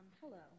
Hello